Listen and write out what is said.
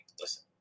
Listen